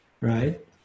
right